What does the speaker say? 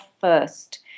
first